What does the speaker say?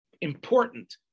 important